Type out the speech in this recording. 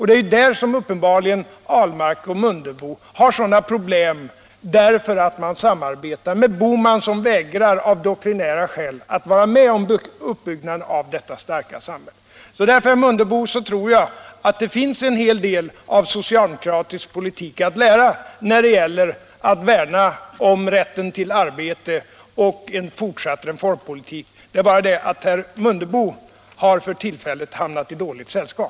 Det är där som uppenbarligen herrar Ahlmark och Mundebo har sådana problem därför att man samarbetar med herr Bohman, som av doktrinära skäl vägrar att vara med om uppbyggnaden av detta starka samhälle. Därför, herr Mundebo, tror jag att det finns en hel del att lära av socialdemokratisk politik när det gäller att värna om rätten till arbete och en fortsatt reformpolitik. Det är bara det att herr Mundebo för tillfället har hamnat i dåligt sällskap.